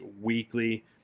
Weekly